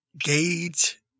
gauge